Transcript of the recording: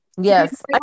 yes